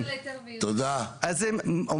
טוב תודה, אסף.